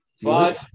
Five